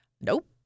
Nope